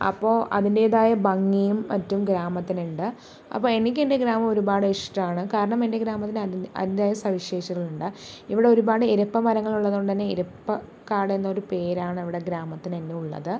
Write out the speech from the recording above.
അപ്പോൾ അതിൻ്റെതായ ഭംഗിയും മറ്റും ഗ്രാമത്തിനുണ്ട് അപ്പോൾ എനിക്കെൻ്റെ ഗ്രാമം ഒരുപാടിഷ്ടാണ് കാരണം എൻ്റെ ഗ്രാമത്തിന് അതി അതിയായ സവിശേഷതകളുണ്ട് ഇവിടെ ഒരുപാട് ഇരപ്പ മരങ്ങളുള്ളതുകൊണ്ടെന്നേ ഇരപ്പകാടെന്ന പേരാണ് ഇവിടെ ഗ്രാമത്തിന് ഇന്നുള്ളത്